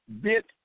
bit